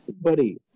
buddy